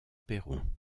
perron